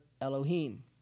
Elohim